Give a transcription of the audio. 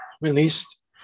released